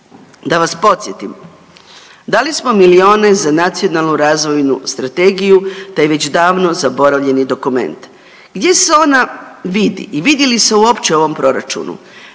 Da vas podsjetim, dali smo milijune za nacionalnu razvojnu strategiju, to je već davno zaboravljeni dokument. Gdje se ona vidi i vidi li se uopće u ovom proračunu?